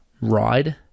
ride